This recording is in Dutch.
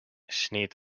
sneed